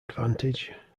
advantage